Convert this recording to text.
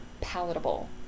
palatable